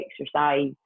exercise